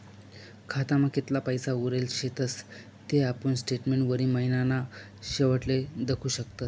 खातामा कितला पैसा उरेल शेतस ते आपुन स्टेटमेंटवरी महिनाना शेवटले दखु शकतस